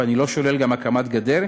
ואני לא שולל גם הקמת גדר,